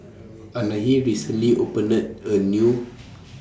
Anahi recently opened A New